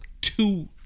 two